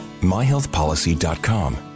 MyHealthPolicy.com